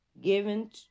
given